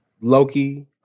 Loki